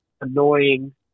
annoying